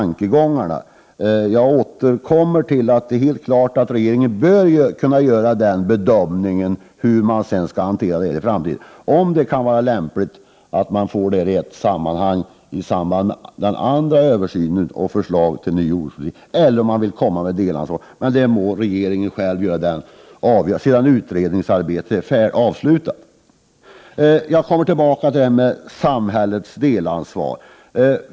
Men jag återkommer till att det är helt klart att regeringen bör kunna göra en bedömning av hur frågan skall hanteras i framtiden, om det är lämpligt att ta upp den i samband med den andra översynen och förslaget till ny jordbrukspolitik eller om man vill komma med delförslag. Den bedömningen må regeringen själv göra, sedan utredningsarbetet är avslutat. Sedan kommer jag tillbaka till frågan om samhällets delansvar.